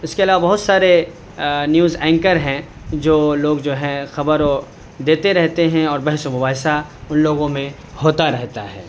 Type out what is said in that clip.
اس کے علاوہ بہت سارے نیوز اینکر ہیں جو لوگ جو ہیں خبروں دیتے رہتے ہیں اور بحث و مباحثہ ان لوگوں میں ہوتا رہتا ہے